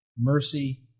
mercy